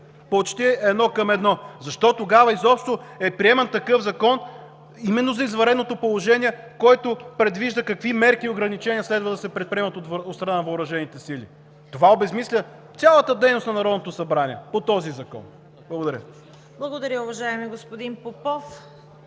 почти едно към едно. Защо тогава изобщо е приеман такъв закон, именно за извънредното положение, който предвижда какви мерки и ограничения се предприемат от страна на въоръжените сили. Това обезсмисля цялата дейност на Народното събрание по този закон. Благодаря. ПРЕДСЕДАТЕЛ ЦВЕТА КАРАЯНЧЕВА: Благодаря, уважаеми господин Попов.